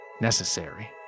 Necessary